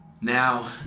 Now